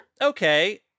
Okay